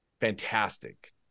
fantastic